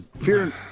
Fear